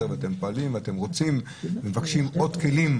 ואתם פועלים ואתם רוצים ומבקשים עוד כלים,